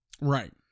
Right